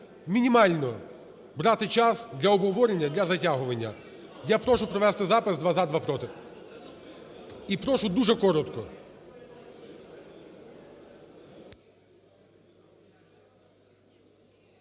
мінімально брати час для обговорення, для затягування. Я прошу провести запис: два – за, два – проти. І прошу, дуже коротко.